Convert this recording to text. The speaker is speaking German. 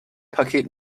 paket